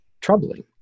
troubling